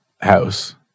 house